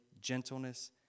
gentleness